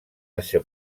ésser